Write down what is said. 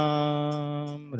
Ram